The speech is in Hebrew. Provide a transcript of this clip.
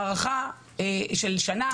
בהארכה של שנה.